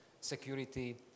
security